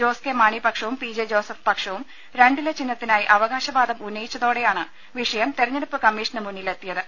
ജോസ് കെ മാണി പക്ഷവും പിജെ ജോസഫ് പക്ഷവും രണ്ടില ചിഹ്നത്തിനായി അവകാശവാദം ഉന്നയിച്ചതോടെയാണ് വിഷയം തെരഞ്ഞെടുപ്പ് കമ്മീഷന് മുന്നിലെത്തിയത്